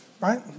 right